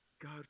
God